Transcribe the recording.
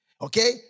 Okay